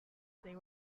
they